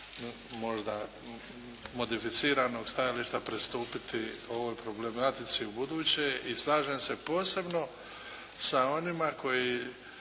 možda modificiranog stajališta pristupiti ovoj problematici ubuduće. I slažem se posebno sa onima koji